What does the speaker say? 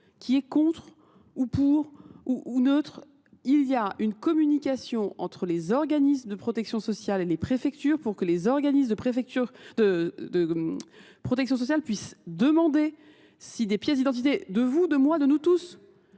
qui est contre, ou pour, ou neutre. Il y a une communication entre les organismes de protection sociale et les préfectures pour que les organismes de protection sociale puissent demander si des pièces d'identité de vous, de moi, de nous tous,